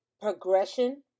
progression